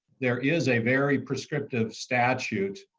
there is a very prescriptive statute.